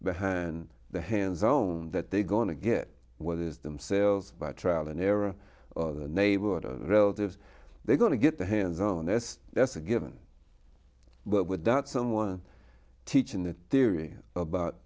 behind the hands own that they're going to get what is themselves by trial and error or the neighborhood of relatives they're going to get their hands on this that's a given but without someone teaching the theory about